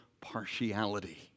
partiality